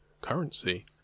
currency